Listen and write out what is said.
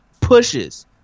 pushes